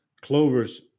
Clover's